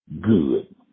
good